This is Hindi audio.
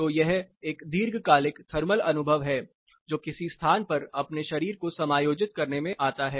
तो यह एक दीर्घकालिक थर्मल अनुभव है जो किसी स्थान पर अपने शरीर को समायोजित करने में आता है